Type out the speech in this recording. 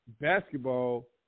basketball